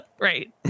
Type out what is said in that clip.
Right